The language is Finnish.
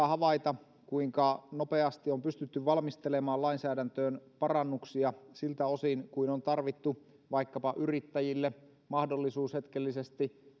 havaita kuinka nopeasti on pystytty valmistelemaan lainsäädäntöön parannuksia siltä osin kuin on tarvittu vaikkapa yrittäjille mahdollisuus hetkellisesti